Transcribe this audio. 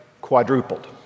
quadrupled